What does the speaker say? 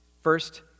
First